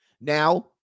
now